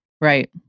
Right